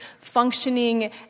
functioning